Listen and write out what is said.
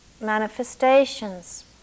manifestations